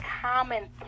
common